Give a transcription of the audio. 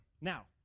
Now